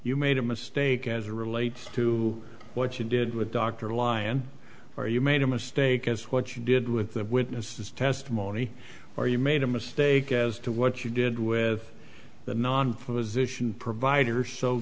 you made a mistake as relates to what you did with dr lyon or you made a mistake as what you did with the witness's testimony where you made a mistake as to what you did with the non physician providers so